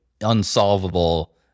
unsolvable